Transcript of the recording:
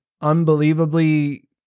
unbelievably